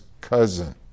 cousin